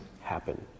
happen